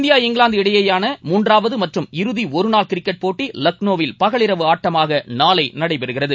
India England இடையேயாள மூன்றாவது மற்றும் இறுதி ஒருநாள் கிரிக்கெட் போட்டி லக்னோவில் பகலிரவு ஆட்டமாக நாளை நடைபெறுகிறது